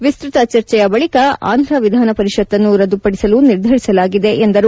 ವಿಸ್ತುತ ಚರ್ಚೆಯ ಬಳಿಕ ಆಂಧ್ರ ವಿಧಾನಪರಿಷತ್ತನ್ನು ರದ್ದುಪಡಿಸಲು ನಿರ್ಧರಿಸಲಾಗಿದೆ ಎಂದರು